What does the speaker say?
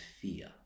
fear